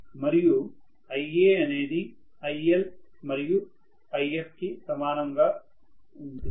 మరియు Ia అనేది IL మరియు If కి సమానముగా ఉంటుంది